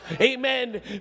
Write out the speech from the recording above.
Amen